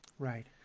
Right